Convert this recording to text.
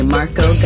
Marco